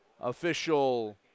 official